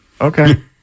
Okay